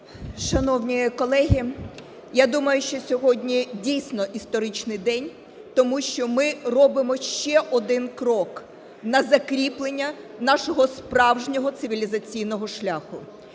Шановні колеги, я думаю, що сьогодні, дійсно, історичний день, тому що ми робимо ще один крок на закріплення нашого справжнього цивілізаційного шляху.